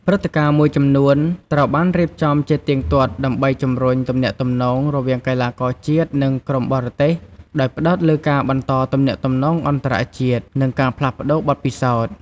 ព្រឹត្តិការណ៍មួយចំនួនត្រូវបានរៀបចំជាទៀងទាត់ដើម្បីជម្រុញទំនាក់ទំនងរវាងកីឡាករជាតិ និងក្រុមបរទេស ដោយផ្ដោតលើការបន្តទំនាក់ទំនងអន្តរជាតិ និងការផ្លាស់ប្តូរបទពិសោធន៍។